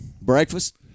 breakfast